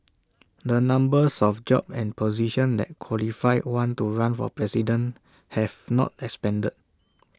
the numbers of jobs and positions that qualify one to run for president have not expanded